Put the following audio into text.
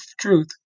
truth